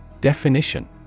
Definition